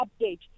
update